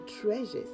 treasures